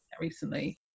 recently